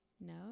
No